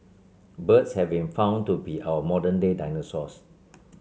birds have been found to be our modern day dinosaurs